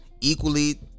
equally